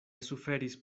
suferis